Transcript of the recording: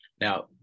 Now